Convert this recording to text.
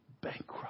bankrupt